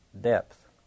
depth